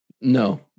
No